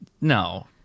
no